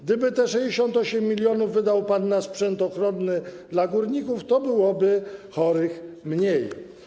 Gdyby te 68 mln wydał pan na sprzęt ochronny dla górników, to chorych byłoby mniej.